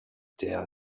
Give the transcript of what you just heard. der